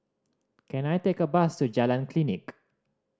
can I take a bus to Jalan Klinik